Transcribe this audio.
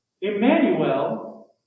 Emmanuel